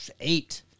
eight